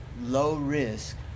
low-risk